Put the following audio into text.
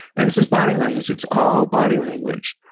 and this is body language, it's all body language.